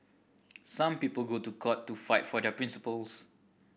some people go to court to fight for their principles